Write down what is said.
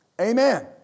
Amen